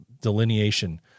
delineation